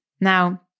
Now